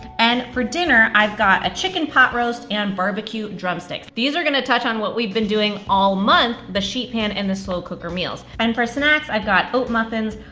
and for dinner i've got a chicken pot roast and barbecue drumsticks. these are gonna touch on what we've been doing all month, the sheet pan and the slow cooker meals. and for snacks i've got oat muffins,